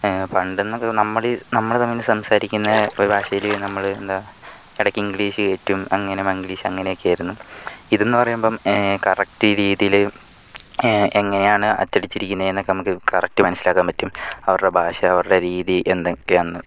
പണ്ട് എന്നൊക്കെ നമ്മളിൽ നമ്മൾ തമ്മിൽ സംസാരിക്കുന്ന ഭാഷയിൽ നമ്മൾ എന്താ ഇടയ്ക്ക് ഇംഗ്ലീഷ് കയറ്റും അങ്ങനെ മംഗ്ലീഷ് അങ്ങനെയൊക്കെ ആയിരുന്നു ഇതെന്ന് പറയുമ്പോൾ കറക്റ്റ് രീതിയിൽ എങ്ങനെയാണ് അച്ചടിച്ചിരിക്കുന്നത് എന്നൊക്കെ നമുക്ക് കറക്റ്റ് മനസ്സിലാക്കാൻ പറ്റും അവരുടെ ഭാഷ അവരുടെ രീതി എന്തൊക്കെയാണെന്ന്